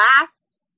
last